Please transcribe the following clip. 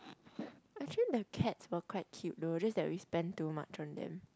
actually the cats were quite cute though just that we spend too much on them